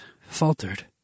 faltered